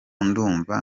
ndumva